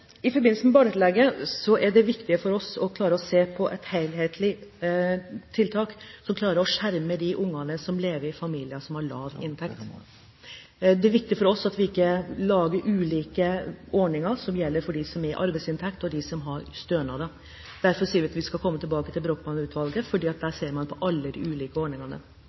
I forbindelse med barnetillegget er det viktig for oss å se på et helhetlig tiltak som klarer å skjerme de ungene som lever i familier som har lav inntekt. Det er viktig for oss at vi ikke lager ulike ordninger for dem som har arbeidsinntekt, og dem som har stønader. Derfor sier vi at vi skal komme tilbake til Brochmann-utvalget, for der ser man på alle de ulike ordningene.